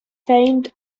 feigned